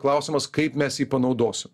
klausimas kaip mes jį panaudosim